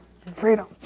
freedom